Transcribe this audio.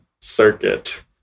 circuit